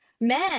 men